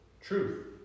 truth